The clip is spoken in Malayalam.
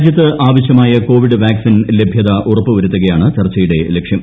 രാജ്യത്ത് ആവശ്യമായ കോവിഡ് വാക്സിൻ ലഭ്യത ഉറപ്പുവരുത്തുകയാണ് ചർച്ചയുടെ ലക്ഷ്യം